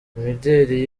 imideli